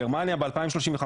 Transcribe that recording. גרמניה ב-2035,